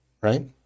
right